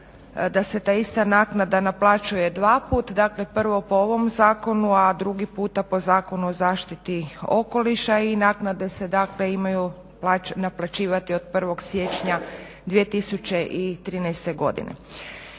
da se ta ista naknada naplaćuje dva puta, dakle prvo po ovom zakonu, a drugi puta po Zakonu o zaštiti okoliša i naknade se imaju naplaćivati od 1.siječnja 2013.godine.